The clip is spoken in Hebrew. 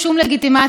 כי אין מה לעשות,